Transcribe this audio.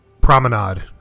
Promenade